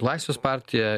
laisvės partija